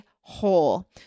whole